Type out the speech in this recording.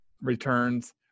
Returns